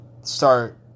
start